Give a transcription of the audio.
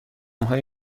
های